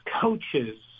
coaches